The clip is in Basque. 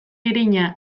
irina